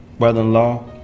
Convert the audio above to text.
brother-in-law